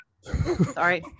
sorry